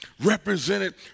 represented